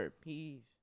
Peace